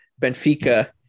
Benfica